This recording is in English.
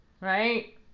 right